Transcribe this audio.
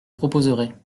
proposerais